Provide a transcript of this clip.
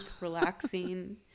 relaxing